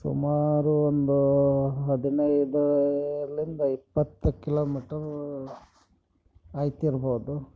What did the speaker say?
ಸುಮಾರು ಒಂದು ಹದಿನೈದಲ್ಲಿಂದ ಇಪ್ಪತ್ತು ಕಿಲೋಮೀಟರ್ ಆಗ್ತಿರ್ಬೋದು